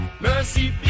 mercy